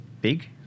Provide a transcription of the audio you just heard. big